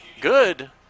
good